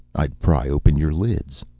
i'd pry open your lids